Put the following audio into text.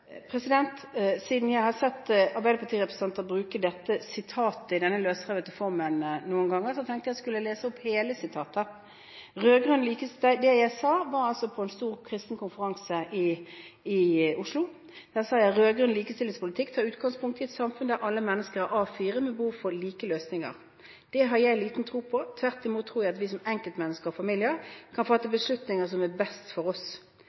Siden jeg har sett Arbeiderparti-representanter bruke dette sitatet i denne løsrevede formen noen ganger, tenkte jeg at jeg skulle lese opp hele sitatet. Det jeg sa på en stor kristen-konferanse i Oslo, var: «Rødgrønn likestillingspolitikk tar utgangspunkt i et samfunn der alle mennesker er A4 med behov for like løsninger. Den har jeg liten tro på. Tvert imot tror jeg at vi som enkeltmennesker og familier kan fatte beslutninger som er best for oss.